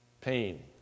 pain